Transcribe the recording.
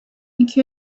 iki